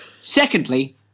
Secondly